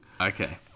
Okay